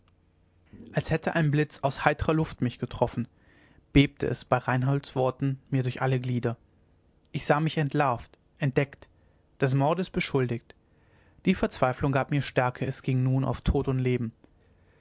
als hätte ein blitz aus heitrer luft mich getroffen bebte es bei reinholds worten mir durch alle glieder ich sah mich entlarvt entdeckt des mordes beschuldigt die verzweiflung gab mir stärke es ging nun auf tod und leben